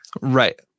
Right